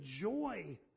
joy